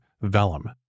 Vellum